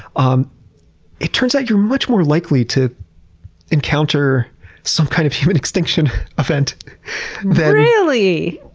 um it turns out you're much more likely to encounter some kind of human extinction event than, really?